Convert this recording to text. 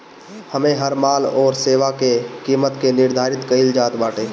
इमे हर माल अउरी सेवा के किमत के निर्धारित कईल जात बाटे